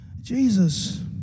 jesus